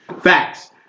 Facts